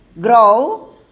grow